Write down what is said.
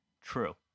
true